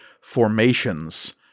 formations